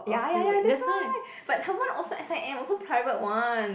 ya ya ya that's why but that one also S_I_M also private one